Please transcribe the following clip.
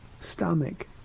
stomach